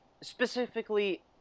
specifically